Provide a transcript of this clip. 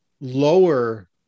lower